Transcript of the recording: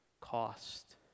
cost